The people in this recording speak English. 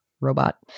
robot